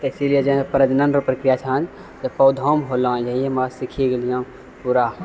इसिलिए जे प्रजनन रऽ प्रक्रिया छँ से पौधोमे होलै यही हम सिखी गेलियँ पूरा